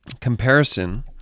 comparison